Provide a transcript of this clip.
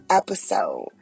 episode